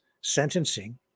sentencing